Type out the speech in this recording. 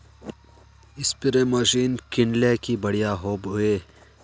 Spray machine किनले की बढ़िया होबवे?